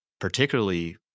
particularly